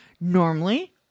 normally